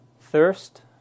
thirst